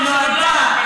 איזה מין קואליציה?